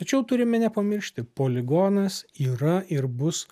tačiau turime nepamiršti poligonas yra ir bus